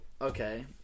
okay